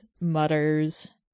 mutters